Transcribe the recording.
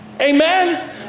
Amen